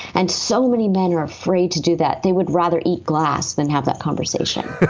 and so many men are free to do that. they would rather eat glass than have that conversation